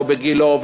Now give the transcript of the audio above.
ולא בגילה,